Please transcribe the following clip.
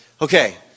okay